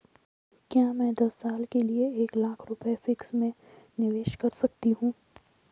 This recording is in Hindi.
क्या मैं दस साल के लिए एक लाख रुपये फिक्स में निवेश कर सकती हूँ?